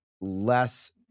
less